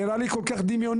נראה לי כל כך דימיוני,